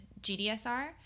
GDSR